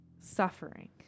suffering